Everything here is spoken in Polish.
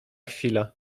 chwila